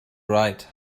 right